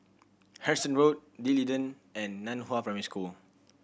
Harrison Road D'Leedon and Nan Hua Primary School